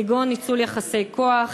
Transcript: כגון ניצול יחסי כוח,